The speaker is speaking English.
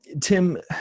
Tim